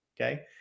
okay